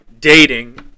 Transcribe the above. dating